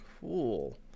Cool